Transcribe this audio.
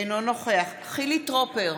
אינו נוכח חילי טרופר,